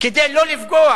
כדי שלא לפגוע